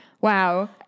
Wow